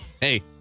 Hey